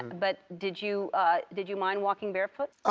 but did you did you mind walking barefoot?